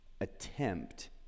attempt